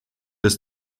des